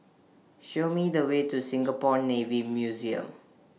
Show Me The Way to Singapore Navy Museum